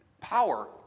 power